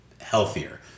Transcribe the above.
healthier